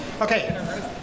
Okay